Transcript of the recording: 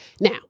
Now